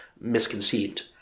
misconceived